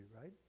right